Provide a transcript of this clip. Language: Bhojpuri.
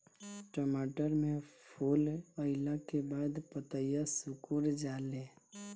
टमाटर में फूल अईला के बाद पतईया सुकुर जाले?